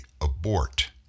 abort